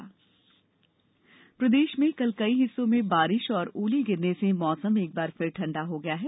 मौसम प्रदेष में कल कई हिस्सों में बारिष और ओले गिरने से मौसम एक बार फिर ठंडा हो गया है